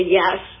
yes